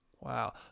Wow